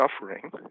suffering